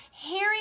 hearing